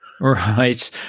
Right